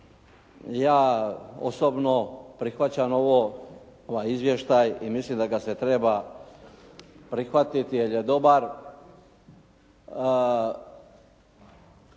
Ja osobno prihvaćam ovo, ovaj izvještaj i mislim da ga se treba prihvatiti jer je dobar.